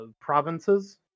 provinces